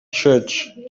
church